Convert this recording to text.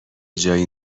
جایی